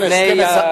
לפני שהכנסת,